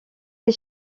des